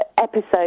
episode